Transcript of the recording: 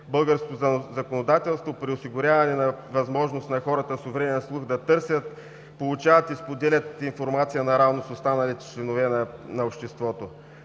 българското законодателство при осигуряване на възможност на хората с увреден слух да търсят, получават и споделят информация наравно с останалите членове на обществото.